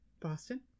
Boston